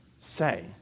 say